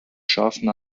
scharfen